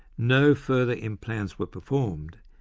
no further implants were performed,